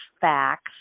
facts